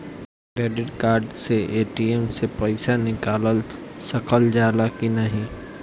Credit card से ATM से पइसा निकाल सकल जाला की नाहीं?